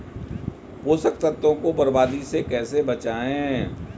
पोषक तत्वों को बर्बादी से कैसे बचाएं?